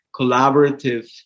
collaborative